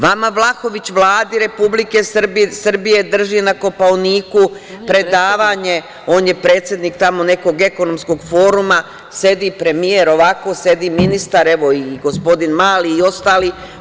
Vlahović Vladi Republike Srbije drži na Kopaoniku predavanje, on je predsednik tamo nekog ekonomskog foruma, sedi premijer, ovako, sedi ministar, evo, i gospodin Mali i ostali.